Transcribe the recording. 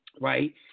Right